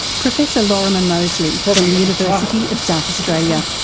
professor lorimer moseley from the university of south australia.